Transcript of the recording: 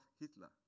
Hitler